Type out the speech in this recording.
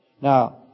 Now